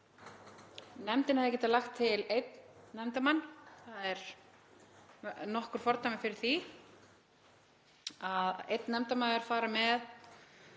Nefndin hefði getað lagt til einn nefndarmann. Nokkur fordæmi eru fyrir því að einn nefndarmaður fari með